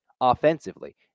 offensively